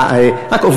עולה הרבה כסף,